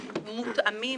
גם מותאמים,